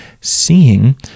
seeing